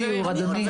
רוצה סיור, אדוני.